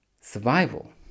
survival